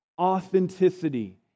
authenticity